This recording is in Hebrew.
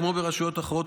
כמו ברשויות אחרות,